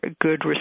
good